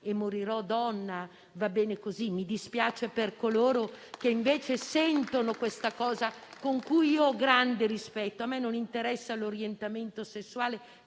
e morirò donna, va bene così; mi dispiace per coloro che invece sentono questa cosa per la quale nutro grande rispetto. A me non interessa l'orientamento sessuale: